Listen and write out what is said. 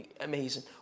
amazing